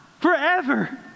forever